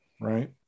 Right